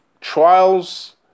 trials